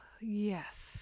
yes